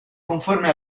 conforme